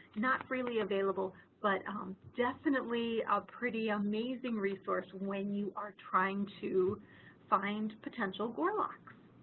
not really available, but definitely a pretty amazing resource when you are trying to find potential gorloks.